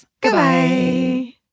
Goodbye